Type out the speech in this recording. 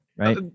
Right